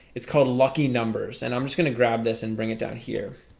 it's called lucky numbers and i'm just gonna grab this and bring it down here.